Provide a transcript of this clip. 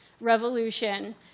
revolution